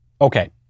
Okay